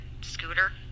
scooter